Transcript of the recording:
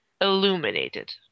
illuminated